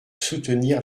soutenir